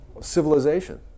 civilization